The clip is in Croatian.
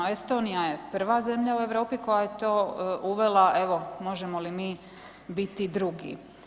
Estonija je prva zemlja u Europi koja je to uvela, evo možemo li mi biti drugi?